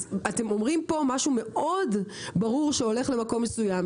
אז אתם אומרים פה משהו מאוד ברור שהולך למקום מסוים,